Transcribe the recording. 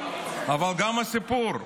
אבל גם הסיפור,